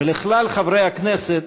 ולכלל חברי הכנסת,